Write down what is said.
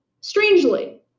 strangely